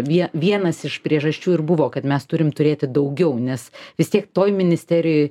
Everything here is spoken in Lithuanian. vie vienas iš priežasčių ir buvo kad mes turim turėti daugiau nes vis tiek toj ministerijoj